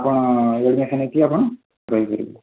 ଆପଣ ଆଡ଼ମିସନ୍ ହୋଇକି ଆପଣ ରହିପାରିବେ